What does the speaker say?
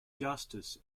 justice